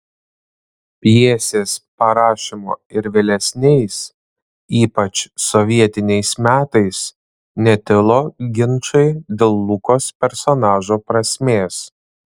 pjesės parašymo ir vėlesniais ypač sovietiniais metais netilo ginčai dėl lukos personažo prasmės